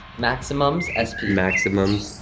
maximums ah sp. maximums,